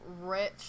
rich